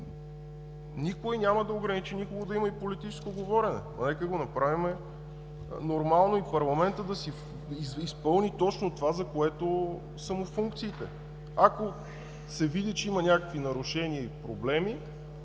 Никой няма да ограничи никого да има и политическо говорене, нека го направим нормално и парламентът да си изпълни точно това, за което са му функциите. Ако се види, че има някаква нарушения и проблеми,